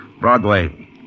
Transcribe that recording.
Broadway